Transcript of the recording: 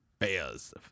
Bears